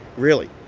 really.